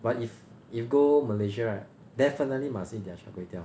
but if if go malaysia right definitely must eat their char kway teow